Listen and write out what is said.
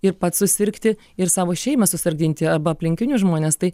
ir pats susirgti ir savo šeimą susargdinti arba aplinkinius žmones tai